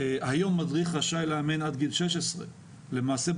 היום מדריך רשאי לאמן עד גיל 16. למעשה,